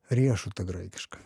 riešutą graikišką